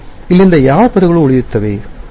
ಇಲ್ಲಿಂದ ಯಾವ ಪದಗಳು ಉಳಿಯುತ್ತವೆ